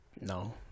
No